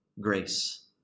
grace